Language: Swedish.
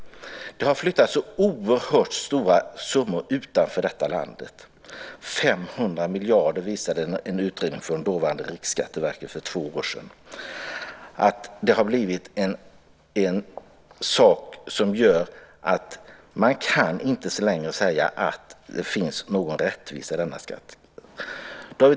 Det har flyttats så oerhört stora summor utanför detta land - 500 miljarder visar en utredning för två år sedan från dåvarande Riksskatteverket - att man inte längre kan säga att det finns någon rättvisa i denna skatt.